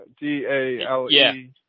D-A-L-E